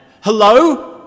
Hello